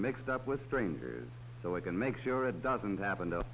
mixed up with strangers so i can make sure it doesn't happen to